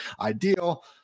ideal